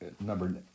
number